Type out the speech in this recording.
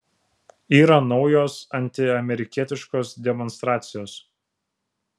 yra naujos antiamerikietiškos demonstracijos